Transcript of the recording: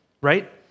right